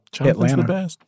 Atlanta